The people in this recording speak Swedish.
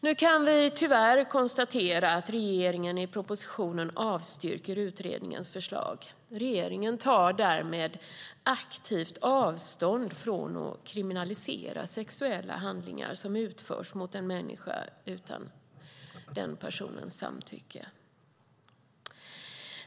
Nu kan vi tyvärr konstatera att regeringen i propositionen avstyrker utredningens förslag. Regeringen tar därmed aktivt avstånd från att kriminalisera sexuella handlingar som utförs mot en människa utan den personens samtycke.